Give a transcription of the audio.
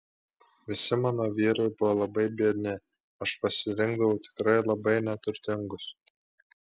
visi mano vyrai buvo labai biedni aš pasirinkdavau tikrai labai neturtingus